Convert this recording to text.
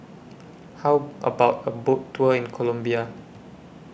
How about A Boat Tour in Colombia